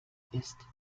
ist